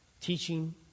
teaching